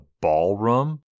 ballroom